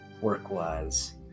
work-wise